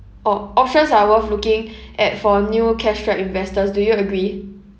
oh options are worth looking at for new cash strapped investors do you agree